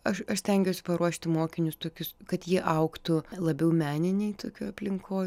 aš aš stengiuosi paruošti mokinius tokius kad jie augtų labiau meninėj tokioj aplinkoj